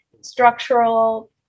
structural